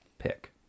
Pick